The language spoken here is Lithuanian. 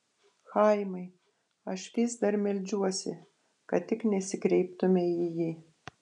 chaimai aš vis dar meldžiuosi kad tik nesikreiptumei į jį